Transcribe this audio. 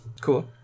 Cool